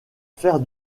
faire